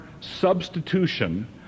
substitution